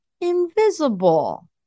invisible